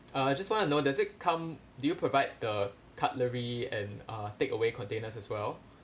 uh I just want to know does it come do you provide the cutlery and uh take away containers as well